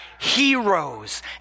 heroes